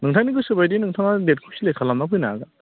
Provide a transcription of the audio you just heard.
ओंखायनो गोसो बायदि नोंथाङा डेटखौ सेलेक्ट खालामनानै फैनो हागोन